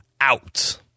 out